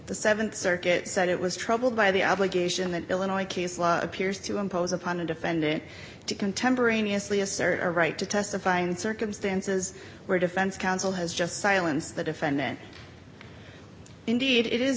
the th circuit said it was troubled by the obligation that illinois appears to impose upon a defendant to contemporaneously assert a right to testify in circumstances where defense counsel has just silence the defendant indeed it is